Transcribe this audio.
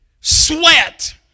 sweat